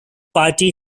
party